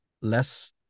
less